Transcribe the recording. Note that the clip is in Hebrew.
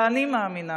ואני מאמינה